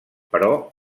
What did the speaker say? però